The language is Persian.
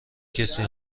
کسی